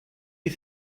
you